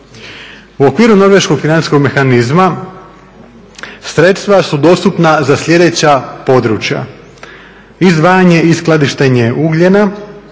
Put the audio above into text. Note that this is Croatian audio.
U okviru norveškog financijskog mehanizma sredstva su dostupna za sljedeća područja: izdvajanje i skladištenje ugljena,